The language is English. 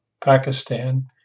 Pakistan